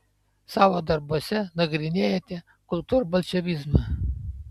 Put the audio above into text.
savo darbuose nagrinėjate kultūrbolševizmą